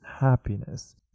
happiness